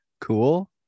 Cool